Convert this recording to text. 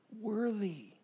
worthy